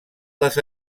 les